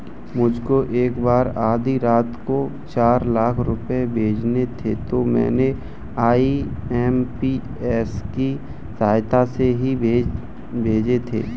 मुझको एक बार आधी रात को चार लाख रुपए भेजने थे तो मैंने आई.एम.पी.एस की सहायता से ही भेजे थे